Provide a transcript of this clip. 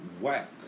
Whack